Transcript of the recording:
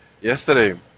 Yesterday